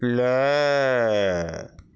play